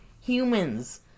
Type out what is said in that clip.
Humans